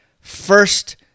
first-